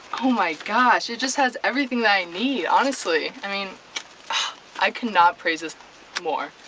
oh my gosh it just has everything that i need honestl. yeah i mean i cannot praise this more.